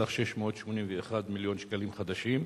בסך 681 מיליון שקלים חדשים,